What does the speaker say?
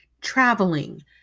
traveling